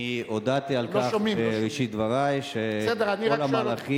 אני הודעתי על כך בראשית דברי, כל המהלכים